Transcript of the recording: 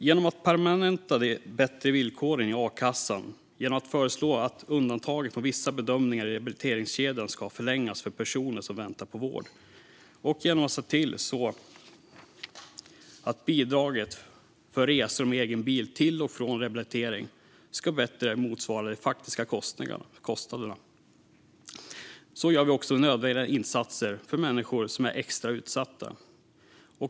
Genom att permanenta de bättre villkoren i a-kassan, föreslå att undantagen från vissa bedömningar i rehabiliteringskedjan ska förlängas för personer som väntar på vård och se till att bidraget för resor med egen bil till och från rehabilitering bättre ska motsvara de faktiska kostnaderna gör vi också nödvändiga insatser för människor som är extra utsatta.